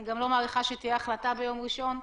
אני גם לא מעריכה שתהיה החלטה ביום ראשון.